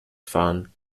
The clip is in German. fahren